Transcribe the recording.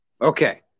Okay